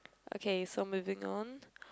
okay so moving on